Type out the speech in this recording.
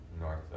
north